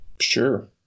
sure